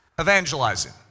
evangelizing